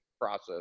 process